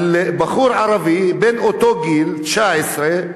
בחור ערבי בן אותו גיל, 19,